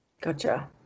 Gotcha